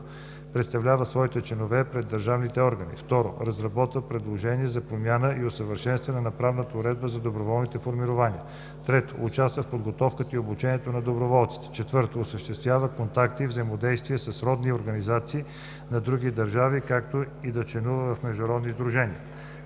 представлява своите членове пред държавните органи; 2. разработва предложения за промяна и усъвършенстване на правната уредба на доброволните формирования; 3. участва в подготовката и обучението на доброволците; 4. осъществява контакти и взаимодействия със сродни организации от други държави, както и да членува в международни сдружения;